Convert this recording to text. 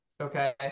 Okay